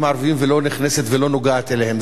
הערביים ולא נכנסת ולא נוגעת אליהם.